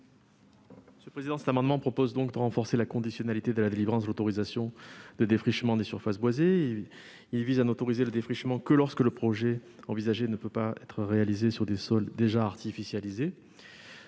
économiques ? Cet amendement vise à renforcer la conditionnalité de la délivrance de l'autorisation de défrichement des surfaces boisées, en n'autorisant le défrichement que lorsque le projet envisagé ne peut pas être réalisé sur des sols déjà artificialisés.